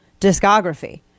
discography